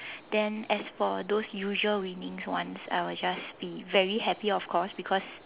then as for those usual winning ones I will just be very happy of course because